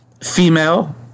Female